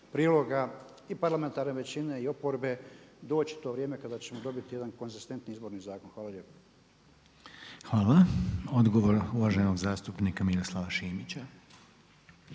priloga i parlamentarne većine i oporbe doći to vrijeme kada ćemo dobiti jedan konzistentni Izborni zakon. Hvala lijepa. **Reiner, Željko (HDZ)** Hvala. Odgovor uvaženog zastupnika Miroslava Šimića.